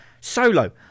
Solo